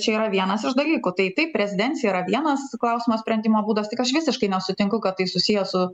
čia yra vienas iš dalykų tai taip rezidencija yra vienas klausimo sprendimo būdas tik aš visiškai nesutinku kad tai susiję su